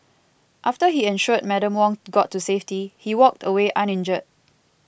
after he ensured Madam Wong got to safety he walked away uninjured